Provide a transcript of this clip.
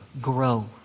Grow